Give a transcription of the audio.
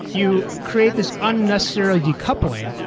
you create this unnecessarily decoupling.